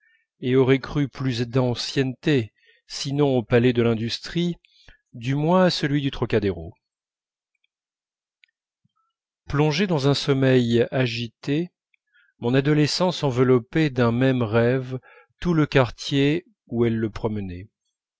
et aurais cru plus d'ancienneté sinon au palais de l'industrie du moins à celui du trocadéro plongée dans un sommeil agité mon adolescence enveloppait d'un même rêve tout le quartier où elle le promenait